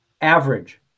Average